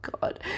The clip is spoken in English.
god